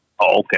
Okay